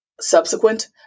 subsequent